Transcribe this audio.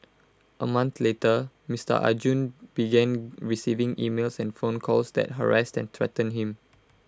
A month later Mister Arjun began receiving emails and phone calls that harassed and threatened him